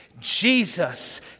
Jesus